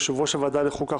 יושב-ראש ועדת החוקה,